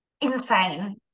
insane